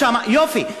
יופי.